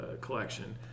Collection